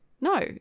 no